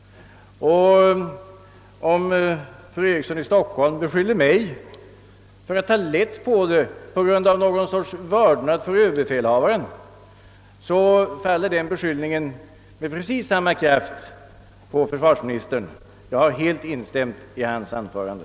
Om fru Eriksson i Stockholm beskyller mig för att på grund av något slags vördnad för överbefälhavaren ta lätt på saken, så faller den beskyllningen med precis samma tyngd på försvarsministern. Jag har helt instämt i hans anförande.